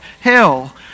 hell